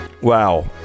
Wow